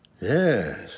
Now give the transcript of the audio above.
Yes